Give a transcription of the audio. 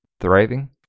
Thriving